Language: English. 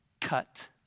cut